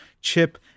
Chip